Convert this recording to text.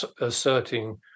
asserting